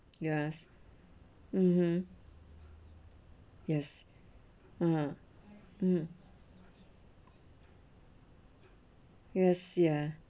yes mmhmm yes uh mm yes ya